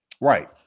Right